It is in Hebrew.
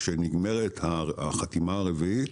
כשנגמרת החתימה הרביעית,